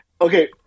Okay